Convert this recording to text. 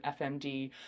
FMD